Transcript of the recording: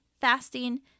fasting